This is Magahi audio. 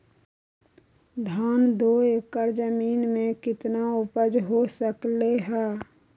धान दो एकर जमीन में कितना उपज हो सकलेय ह?